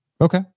Okay